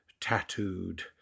tattooed